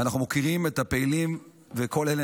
ואנחנו מוקירים את הפעילים ואת כל אלה